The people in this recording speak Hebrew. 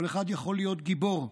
כל אחד יכול להיות גיבור,